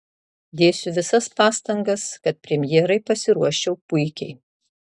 dėsiu visas pastangas kad premjerai pasiruoščiau puikiai